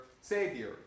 savior